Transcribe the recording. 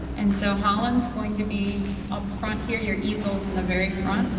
and so holland is going to be up front here, your easel very front.